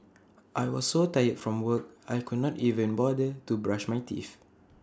I was so tired from work I could not even bother to brush my teeth